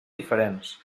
diferents